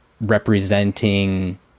representing